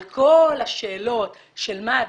על כל השאלות של מה הדרך,